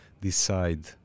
decide